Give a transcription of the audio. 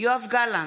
יואב גלנט,